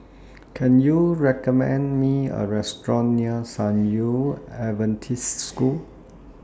Can YOU recommend Me A Restaurant near San Yu Adventist School